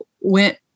went